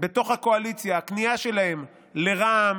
בתוך הקואליציה, הכניעה שלהם לרע"מ,